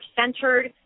centered